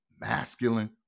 masculine